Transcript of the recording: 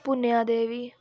पुनया देवी